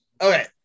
Okay